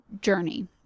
journey